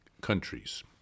countries